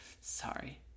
Sorry